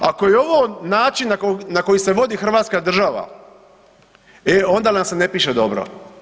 Ako je ovo način na koji se vodi hrvatska država, e onda nam se ne piše dobro.